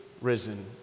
risen